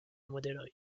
modeloj